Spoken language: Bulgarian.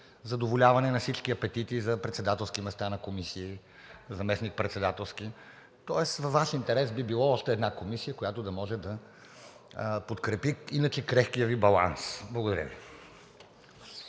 задоволяване на всички апетити за председателски места на комисии, заместникпредседателски. Тоест във Ваш интерес би била още една комисия, която да може да подкрепи иначе крехкия Ви баланс. Благодаря Ви.